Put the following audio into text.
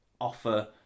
offer